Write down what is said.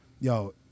yo